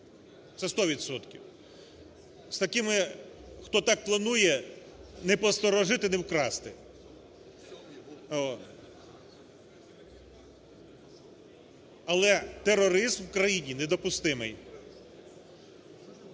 відсотків. З такими, хто так планує, "ні посторожити, ні вкрасти". Але тероризм в країні недопустимий.